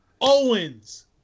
Owens